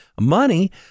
Money